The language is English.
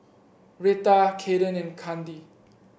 Reta Kaeden and Kandi